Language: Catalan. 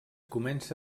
comença